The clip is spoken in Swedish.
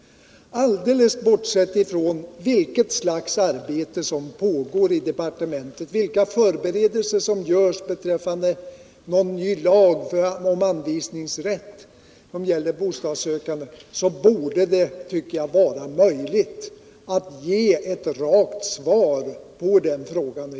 Alldeles bortsett från vilket slags arbete som pågår i departementet, vilka förberedelser som görs för en ny lag om anvisningsrätt när det gäller bostadssökande, tycker jag att det borde vara möjligt för statsrådet Friggebo att ge ett rakt svar på den frågan.